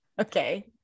okay